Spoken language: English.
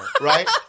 right